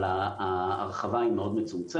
אבל ההרחבה היא מאוד מצומצמת,